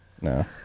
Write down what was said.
no